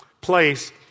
place